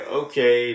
okay